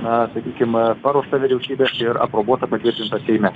na sakykim paruošta vyriausybės ir aprobuota patvirtinta seime